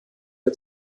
der